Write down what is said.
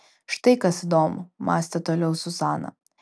štai kas įdomu mąstė toliau zuzana